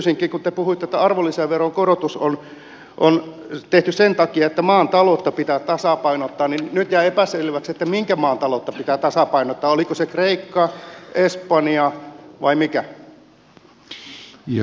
kun te puhuitte että arvonlisäveron korotus on tehty sen takia että maan taloutta pitää tasapainottaa niin nyt jäi epäselväksi minkä maan taloutta pitää tasapainottaa oliko se kreikka espanja vai mikä